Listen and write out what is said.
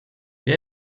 wer